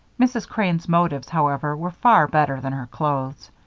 mrs. crane's motives, however, were far better than her clothes.